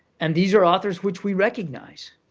and these are authors which we recognize,